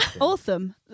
awesome